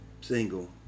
single